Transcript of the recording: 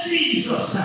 Jesus